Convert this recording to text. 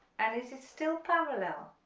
and is it still parallel,